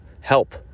help